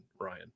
Ryan